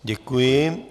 Děkuji.